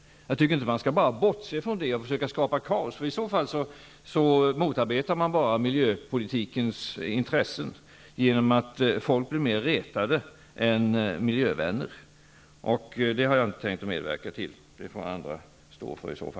Jag tycker inte att man skall bortse från detta och därmed skapa kaos. I så fall motarbetar man endast miljöpolitikens intressen. Folk i allmänhet blir mer retade än miljövännerna. Det har jag inte tänkt att medverka till, utan det får i så fall andra stå för.